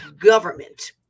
government